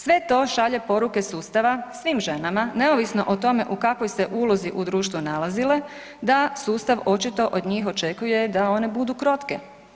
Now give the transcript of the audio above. Sve to šalje poruke sustava svim ženama neovisno o tome u kakvoj se ulozi u društvu nalazile, da sustav očito od njih očekuje da one budu krotke.